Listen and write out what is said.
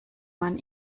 man